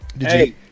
Hey